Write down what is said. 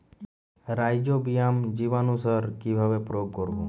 Rhizobium জীবানুসার কিভাবে প্রয়োগ করব?